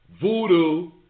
voodoo